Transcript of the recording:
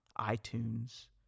iTunes